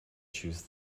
choose